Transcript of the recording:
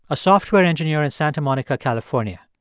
a software engineer in santa monica, calif. ah and